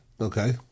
Okay